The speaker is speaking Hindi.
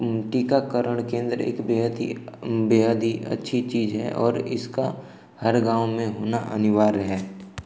टीकाकरण केन्द्र एक बेहद ही बेहद ही अच्छी चीज है और इसका हर गाँव में होना अनिवार्य है